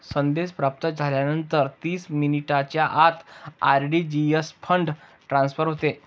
संदेश प्राप्त झाल्यानंतर तीस मिनिटांच्या आत आर.टी.जी.एस फंड ट्रान्सफर होते